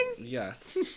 Yes